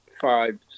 five